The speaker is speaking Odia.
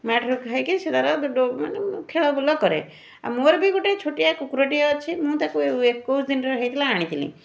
ମା' ଠାରୁ ଖାଇକି ସିଏ ତା'ର ମାନେ ଖେଳବୁଲ କରେ ଆଉ ମୋର ବି ଗୋଟେ ଛୋଟିଆ କୁକୁରଟିଏ ଅଛି ମୁଁ ତାକୁ ଏକୋଇଶ ଦିନର ହେଇଥିଲା ଆଣିଥିଲି